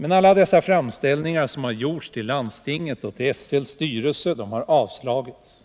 Men alla dessa framställningar till landstinget och SL:s styrelse har avslagits,